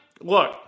Look